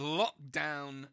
lockdown